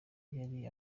yari